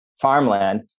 farmland